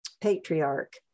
patriarch